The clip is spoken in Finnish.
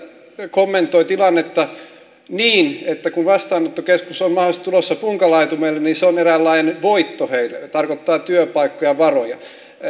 kommentoi tilannetta niin että kun vastaanottokeskus on mahdollisesti tulossa punkalaitumelle niin se on eräänlainen voitto heille se tarkoittaa työpaikkoja varoja